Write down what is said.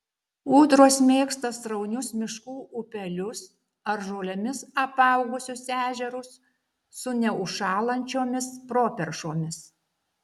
ūdros mėgsta sraunius miškų upelius ar žolėmis apaugusius ežerus su neužšąlančiomis properšomis